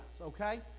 okay